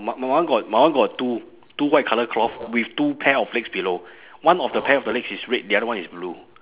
my one got my one got two two white colour cloth with two pair of legs below one of the pair of the legs is red the other one is blue